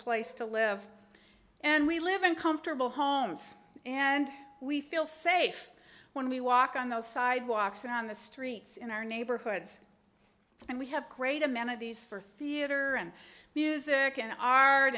place to live and we live in comfortable homes and we feel safe when we walk on the sidewalks and on the streets in our neighborhoods and we have great amount of these for theatre and music and art